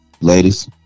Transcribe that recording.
ladies